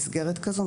מסגרת כזו,